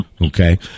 okay